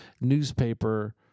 newspaper